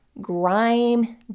grime